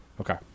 Okay